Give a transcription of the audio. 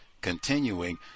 Continuing